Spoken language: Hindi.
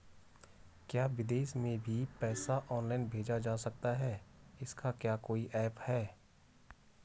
क्या विदेश में भी पैसा ऑनलाइन भेजा जा सकता है इसका क्या कोई ऐप है?